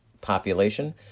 population